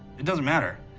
it doesn't matter.